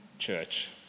church